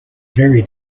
very